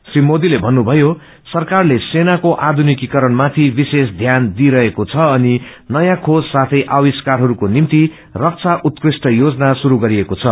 श्री मोरीले भन्नुभयो सरकारले सेनाको आषुनिकीकरण माथि विशेष ध्यान दिइरहेको छ अनि नयाँ खोज अनि आविष्कारहरूको निम्ति रक्षा उत्कृष्ट योजना श्रुस गरिएको छ